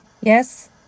Yes